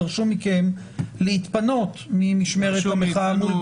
דרשו מכם להתפנות ממשמרת המחאה מול